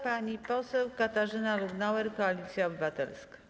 Pani poseł Katarzyna Lubnauer, Koalicja Obywatelska.